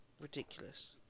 ridiculous